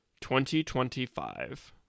2025